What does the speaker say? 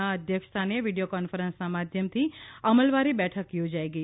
ના અધ્યક્ષસ્થાને વિડીયો કોરન્ફરન્સના માધ્યમથી અમલવારી બેઠક યોજાઇ ગઈ